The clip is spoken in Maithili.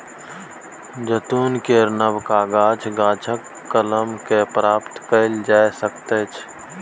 जैतून केर नबका गाछ, गाछकेँ कलम कए प्राप्त कएल जा सकैत छै